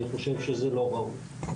אני חושב שזה לא ראוי.